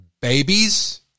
babies